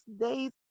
days